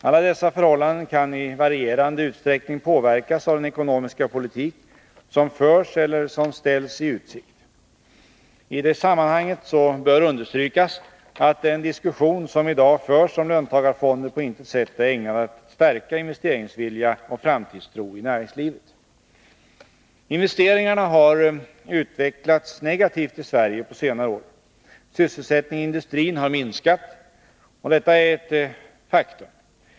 Alla dessa förhållanden kan i varierande utsträckning påverkas av den ekonomiska politik som förs eller som ställs i utsikt. I det sammanhanget bör understrykas att den diskussion som i dag förs om löntagarfonder på intet sätt är ägnad att stärka investeringsvilja och framtidstro i näringslivet. Investeringarna har utvecklats negativt i Sverige på senare år, och sysselsättningen i industrin har minskat. Detta är ett faktum.